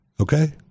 Okay